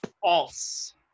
False